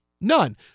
None